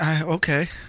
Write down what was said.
okay